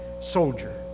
soldier